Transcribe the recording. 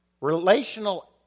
relational